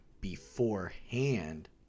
beforehand